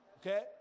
Okay